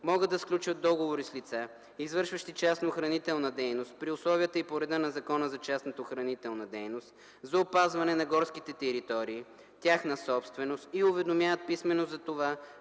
могат да сключват договори с лица, извършващи частна охранителна дейност при условията и по реда на Закона за частната охранителна дейност, за опазване на горските територии - тяхна собственост, и уведомяват писмено за това